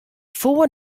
foar